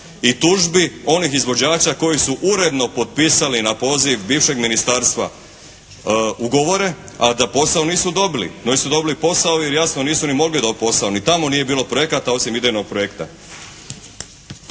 i tužbi onih izvođača koji su uredno potpisali na poziv bivšeg ministarstva ugovore a da posao nisu dobili. Nisu dobili posao jer jasno nisu ni mogli dobiti posao, ni tamo nije bilo projekata osim idejnog projekta.